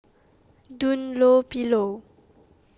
Dunlopillo